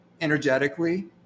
energetically